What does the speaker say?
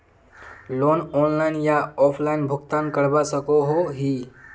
Loan online या offline भुगतान करवा सकोहो ही?